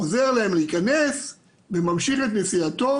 עוזר להם להיכנס וממשיך את נסיעתו.